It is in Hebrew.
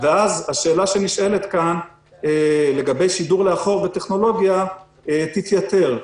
ואז השאלה שנשאלת כאן לגבי שידור לאחור בטכנולוגיה תתייתר.